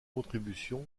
contributions